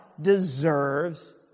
deserves